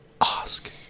ask